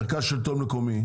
מרכז שילטון מקומי,